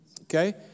Okay